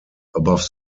above